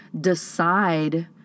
decide